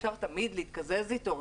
אפשר תמיד להתקזז אותו.